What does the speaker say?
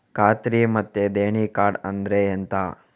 ಖಾತ್ರಿ ಮತ್ತೆ ದೇಣಿ ಕಾರ್ಡ್ ಅಂದ್ರೆ ಎಂತ?